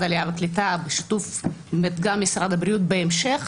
העלייה והקליטה ובשיתוף גם משרד הבריאות בהמשך,